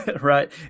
Right